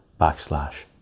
backslash